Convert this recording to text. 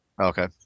Okay